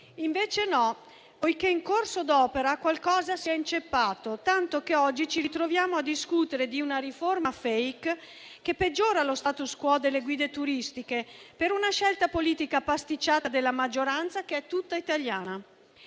così, poiché in corso d'opera qualcosa si è inceppato, tanto che oggi ci ritroviamo a discutere di una riforma *fake* che peggiora lo *status quo* delle guide turistiche, per una scelta politica pasticciata della maggioranza, che è tutta italiana.